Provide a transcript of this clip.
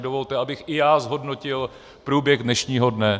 Dovolte mi, abych i já zhodnotil průběh dnešního dne.